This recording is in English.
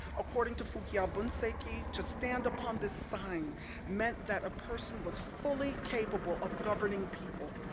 according to fyu-kiau bunseki, to stand upon this sign meant that a person was fully capable of governing people,